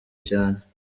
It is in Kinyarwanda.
cyane